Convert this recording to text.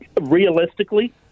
realistically